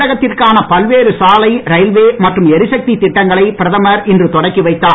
தமிழகத்திற்கான பல்வேறு சாலை ரயில்வே மற்றும் எரிசக்தி திட்டங்களை பிரதமர் இன்று தொடக்கி வைத்தார்